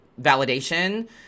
validation